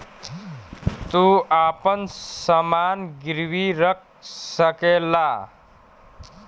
तू आपन समान गिर्वी रख सकला